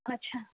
अच्छा